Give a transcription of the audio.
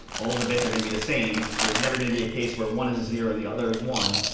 all the bits are going to be the same. so there's never going to be a case where one is a zero and the other is one.